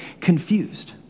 confused